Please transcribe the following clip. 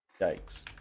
Yikes